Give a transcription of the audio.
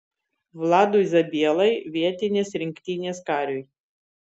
vladui zabielai vietinės rinktinės kariui